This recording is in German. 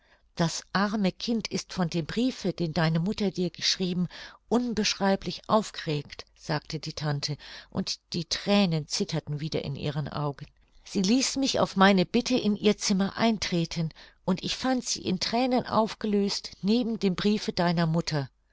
das arme kind ist von dem briefe den deine mutter dir geschrieben unbeschreiblich aufgeregt sagte die tante und die thränen zitterten wieder in ihren augen sie ließ mich auf meine bitte in ihr zimmer eintreten und ich fand sie in thränen aufgelöst neben dem briefe deiner mutter